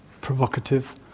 provocative